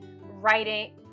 writing